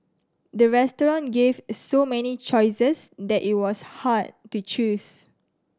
the restaurant gave so many choices that it was hard to choose